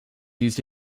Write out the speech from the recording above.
used